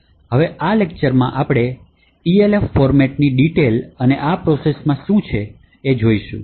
હવે આ લેક્ચર મા આપડે Elf ફૉર્મટ ની ડીટેલ અને આ પ્રોસેસમા શું છે એ જોઈશું